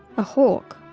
a hawk